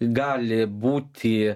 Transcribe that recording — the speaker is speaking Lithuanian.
gali būti